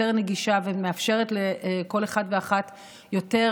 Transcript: יותר נגישה ומאפשרת לכל אחד ואחת יותר